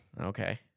okay